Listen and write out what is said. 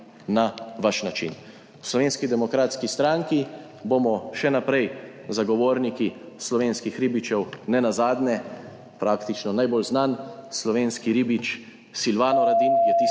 na vaš način. V Slovenski demokratski stranki bomo še naprej zagovorniki slovenskih ribičev. Nenazadnje je praktično najbolj znan slovenski ribič Silvano Radin tisti,